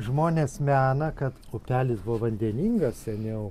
žmonės mena kad upelis buvo vandeningas seniau